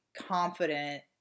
confident